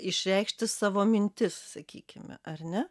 išreikšti savo mintis sakykime ar ne